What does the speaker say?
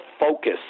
focus